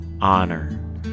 honor